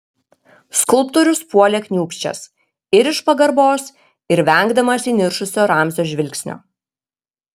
skulptorius puolė kniūbsčias ir iš pagarbos ir vengdamas įniršusio ramzio žvilgsnio